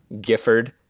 gifford